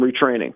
retraining